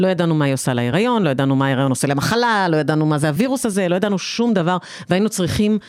לא ידענו מה היא עושה להיריון, לא ידענו מה ההיריון עושה למחלה, לא ידענו מה זה הווירוס הזה, לא ידענו שום דבר, והיינו צריכים...